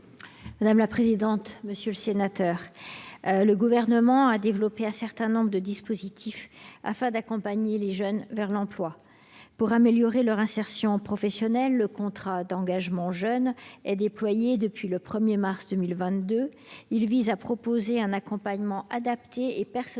déléguée. Monsieur le sénateur, le Gouvernement a développé un certain nombre de dispositifs afin d’accompagner les jeunes vers l’emploi. Pour améliorer leur insertion professionnelle, le contrat d’engagement jeune (CEJ) est déployé depuis le 1 mars 2022. Il vise à proposer un suivi adapté et personnalisé